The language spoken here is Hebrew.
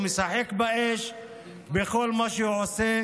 הוא משחק באש בכל מה שהוא עושה